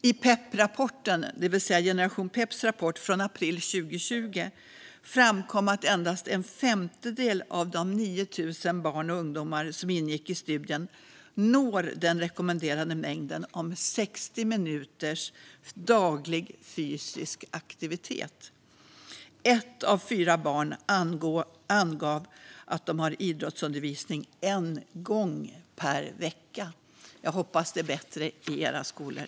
I rapporten från Generation Pep som kom i april 2020 framkom att endast en femtedel av de 9 000 barn och ungdomar som ingick i studien når den rekommenderade mängden om 60 minuter daglig fysisk aktivitet. Ett av fyra barn angav att de har idrottsundervisning en gång per vecka. Jag hoppas att det är bättre i era skolor.